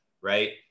Right